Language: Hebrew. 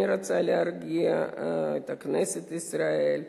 אני רוצה להרגיע את כנסת ישראל,